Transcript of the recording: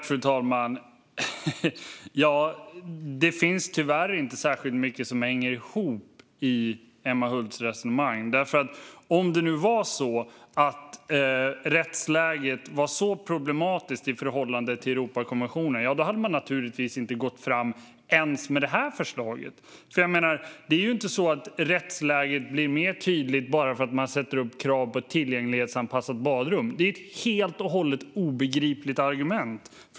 Fru talman! Det finns tyvärr inte särskilt mycket i Emma Hults resonemang som hänger ihop. Om rättsläget nu skulle vara så problematiskt i förhållande till Europakonventionen hade man inte gått fram ens med det här förslaget. Rättsläget blir inte mer tydligt bara för att man ställer krav på ett tillgänglighetsanpassat badrum. Det är ett helt och hållet obegripligt argument.